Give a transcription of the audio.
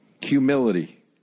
Humility